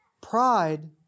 Pride